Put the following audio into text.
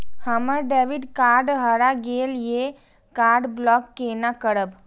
हमर debit card हरा गेल ये कार्ड ब्लॉक केना करब?